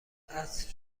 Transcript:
عصر